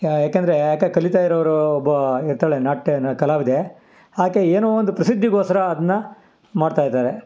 ಏಕೆಂದ್ರೆ ಯಾಕೆ ಕಲೀತಾ ಇರೋವ್ರೂ ಒಬ್ಬ ಹೇಳ್ತಾಳೆ ನಾಟ್ಯನ ಕಲಾವಿದೆ ಆಕೆ ಏನೋ ಒಂದು ಪ್ರಸಿದ್ಧಿಗೋಸ್ಕ್ರ ಅದನ್ನ ಮಾಡ್ತಾಯಿದ್ದಾರೆ